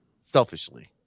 selfishly